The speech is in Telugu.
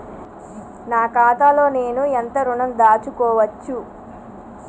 నా ఖాతాలో నేను ఎంత ఋణం దాచుకోవచ్చు?